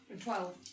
twelve